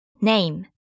name